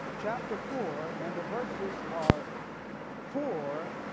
chapter four and the verses are four,